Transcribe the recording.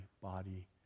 body